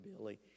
Billy